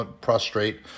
prostrate